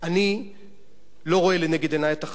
אני לא רואה לנגד עיני את ה"חמאס".